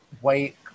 white